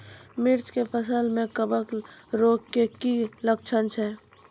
मिर्ची के फसल मे कवक रोग के की लक्छण छै?